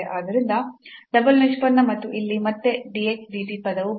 ಆದ್ದರಿಂದ ಡಬಲ್ ನಿಷ್ಪನ್ನ ಮತ್ತು ಇಲ್ಲಿ ಮತ್ತೆ dx dt ಪದವು ಬರುತ್ತದೆ